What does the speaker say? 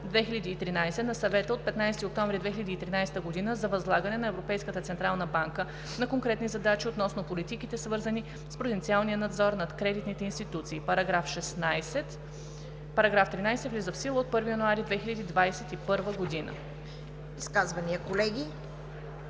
1024/2013 на Съвета от 15 октомври 2013 г. за възлагане на Европейската централна банка на конкретни задачи относно политиките, свързани с пруденциалния надзор над кредитните институции. § 16. Параграф 13 влиза в сила от 1 януари 2021 г.“